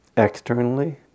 Externally